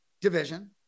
division